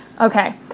Okay